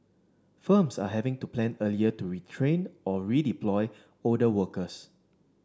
firms are having to plan earlier to retrain or redeploy older workers